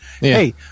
hey